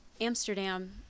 Amsterdam